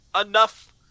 enough